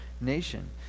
nation